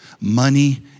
Money